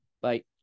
Bye